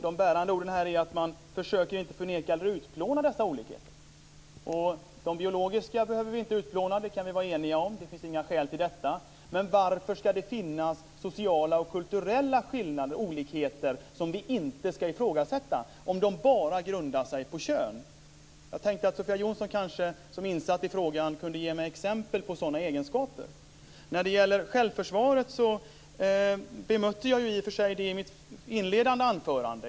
De bärande orden är här att man inte försöker förneka eller utplåna dessa olikheter. De biologiska behöver vi inte utplåna. Det kan vi vara eniga om. Det finns inga skäl till detta. Men varför ska det finnas sociala och kulturella skillnader och olikheter som vi inte ska ifrågasätta om de bara grundar sig på kön? Jag tänkte att kanske Sofia Jonsson som är insatt i frågan kunde ge mig exempel på sådana egenskaper. När det gäller självförsvar bemötte jag i och för sig det i mitt inledande anförande.